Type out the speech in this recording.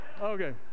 Okay